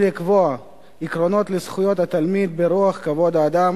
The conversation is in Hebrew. היא לקבוע עקרונות לזכויות התלמיד ברוח כבוד האדם